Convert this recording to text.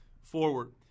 forward